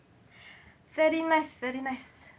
very nice very nice